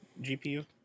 GPU